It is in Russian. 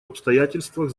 обстоятельствах